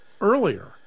earlier